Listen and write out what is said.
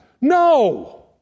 No